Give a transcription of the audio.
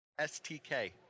STK